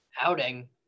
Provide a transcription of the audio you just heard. outing